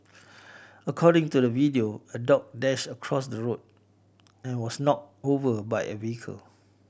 according to the video a dog dashed across the road and was knocked over by a vehicle